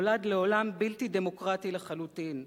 "נולד לעולם בלתי דמוקרטי לחלוטין.